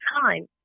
time